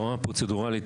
ברמה הפרוצדורלית,